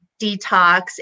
detox